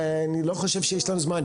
אני לא חושב שיש לנו זמן.